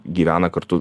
gyvena kartu